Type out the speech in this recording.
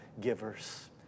givers